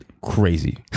crazy